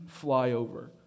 flyover